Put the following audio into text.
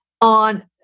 on